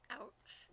Ouch